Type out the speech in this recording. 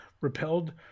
repelled